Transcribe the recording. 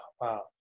Wow